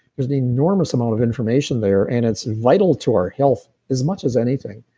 there's an enormous amount of information there, and it's vital to our health as much as anything.